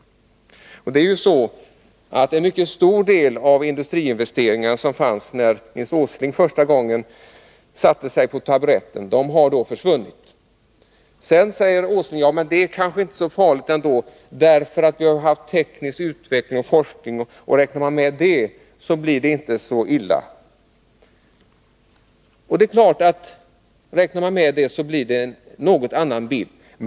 87 Där kan vi se att en mycket stor del av de industriinvesteringar som fanns, när Nils Åsling första gången satte sig på taburetten, har försvunnit. Vidare säger Nils Åsling: Ja, men det är kanske inte så farligt ändå, för vi har teknisk utveckling och forskning, och räknar man med det blir det inte så illa. Det är klart att tar man med detta blir det en något annan bild.